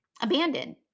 abandoned